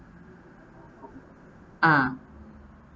ah